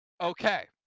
Okay